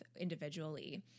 individually